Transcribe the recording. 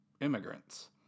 immigrants